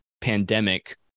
pandemic